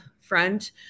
front